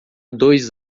dois